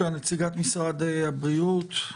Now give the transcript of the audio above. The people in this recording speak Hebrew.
בבקשה, נציגת משרד הבריאות,